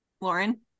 Lauren